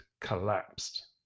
collapsed